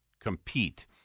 Compete